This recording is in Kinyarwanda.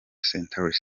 century